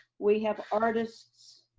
we have artists,